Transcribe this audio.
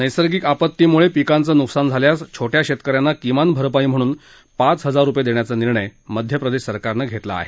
नैसर्गिक आपत्तीमुळे पिकांचं नुकसान झाल्यास छोटया शेतक यांना किमान भरपाई म्हणून पाच हजार रुपये देण्याचा निर्णय मध्य प्रदेश सरकारनं घेतला आहे